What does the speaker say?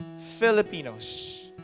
Filipinos